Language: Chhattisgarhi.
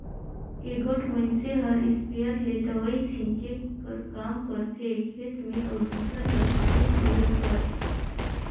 एगोट मइनसे हर इस्पेयर ले दवई छींचे कर काम करथे खेत में अउ दूसर हर पानी डोहे कर